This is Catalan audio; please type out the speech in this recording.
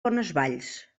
bonesvalls